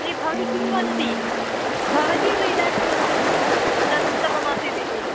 ए भवती किं वदति भवती एव इदानीं वदति किल तदुत्तमम् आसीत् इति